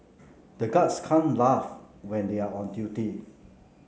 the guards can't laugh when they are on duty